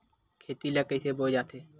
खेती ला कइसे बोय जाथे?